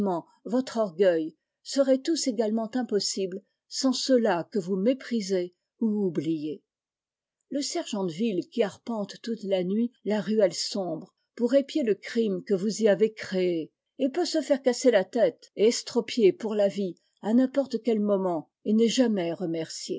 votre orgueil seraient tous également impossibles sans ceux-là que vous méprisez ou oubliez le sergent de ville qui arpente toute la nuit la ruelle sombre pour épier le crime que vous y avez créé et peut se faire casser la tête et estropier pour la vie à n'importe quel moment et n'est jamais remercié